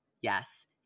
yes